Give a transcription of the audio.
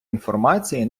інформації